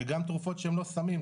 וגם תרופות שהם לא סמים,